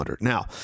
Now